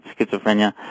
schizophrenia